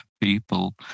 people